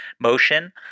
motion